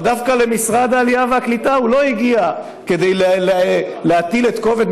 אבל דווקא למשרד העלייה והקליטה הוא לא הגיע כדי להטיל את כובד